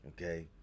okay